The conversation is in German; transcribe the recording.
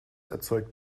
erzeugt